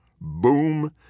Boom